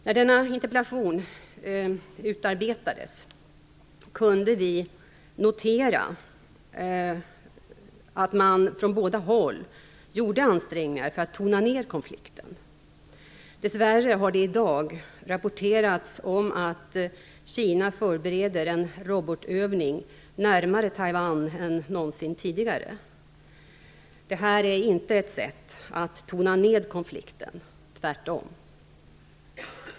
När denna interpellation utarbetades kunde vi notera att man från båda håll gjorde ansträngningar för att tona ned konflikten. Dessvärre har det i dag rapporterats om att Kina förbereder en robotövning närmare Taiwan än någonsin tidigare. Detta är inte ett sätt att tona ned konflikten - tvärtom.